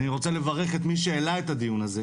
אני רוצה לברך את מי שהעלה את הדיון הזה,